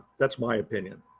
that's my opinion.